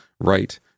right